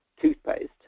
toothpaste